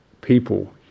people